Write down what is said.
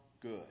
good